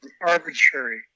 Arbitrary